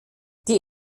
die